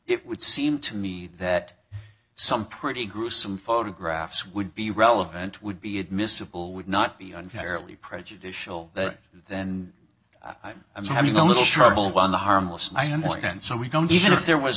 it would seem to me that some pretty gruesome photographs would be relevant would be admissible would not be unfairly prejudicial that then i'm i'm having a little trouble one harmless and i understand so we don't even if there was